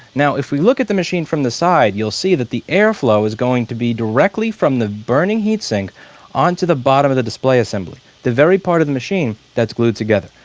now if we look at the machine from the side, you'll see that the airflow is going to be directly from the burning heatsink onto the bottom of the display assembly, the very part of the machine that's glued together.